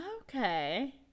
Okay